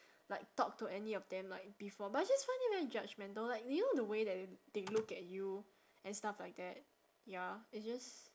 like talk to any of them like before but I just find it very judgmental like you know the way that they look at you and stuff like that ya it's just